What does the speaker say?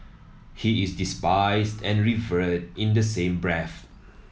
he is despised and revered in the same breath